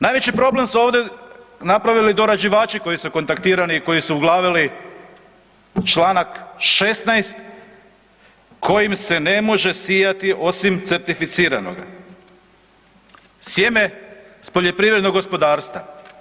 Najveći problem su ovdje napravili dorađivači koji su kontaktirani i koji su uglavili čl. 16.kojim se ne može sijati osim certificiranoga, sjeme s poljoprivrednog gospodarstva.